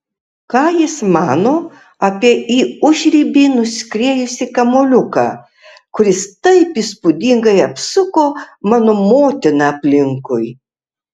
ką jis mano apie į užribį nuskriejusi kamuoliuką kuris taip įspūdingai apsuko mano motiną aplinkui